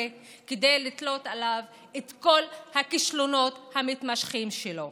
כדי לתלות עליו את כל הכישלונות המתמשכים שלו.